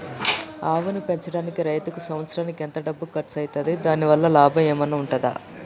ఆవును పెంచడానికి రైతుకు సంవత్సరానికి ఎంత డబ్బు ఖర్చు అయితది? దాని వల్ల లాభం ఏమన్నా ఉంటుందా?